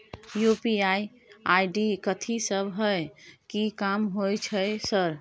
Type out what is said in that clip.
UPI ID कथि सब हय कि काम होय छय सर?